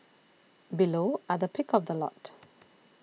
below are the pick of the lot